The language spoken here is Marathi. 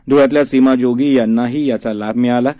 धुळ्यातल्या सीमा जोगी यांनाही याचा लाभ मिळालेला आहे